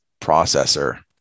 processor